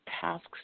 tasks